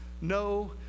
no